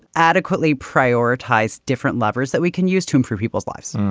adequately prioritized different levers that we can use to improve people's lives.